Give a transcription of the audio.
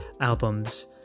albums